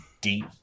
Deep